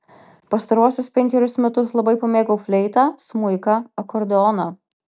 pastaruosius penkerius metus labai pamėgau fleitą smuiką akordeoną